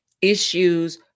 issues